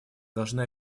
должны